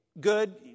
Good